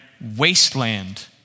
Wasteland